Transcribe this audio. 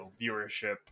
viewership